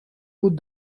would